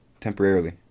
temporarily